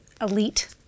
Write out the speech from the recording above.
elite